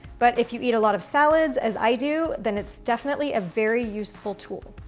but if you eat a lot of salads, as i do, then it's definitely a very useful tool.